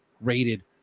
rated